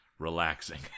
relaxing